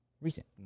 recent